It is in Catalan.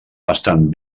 estan